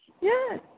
yes